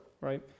right